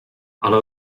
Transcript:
ale